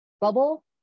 bubble